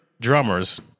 drummers